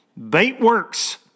Baitworks